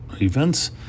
events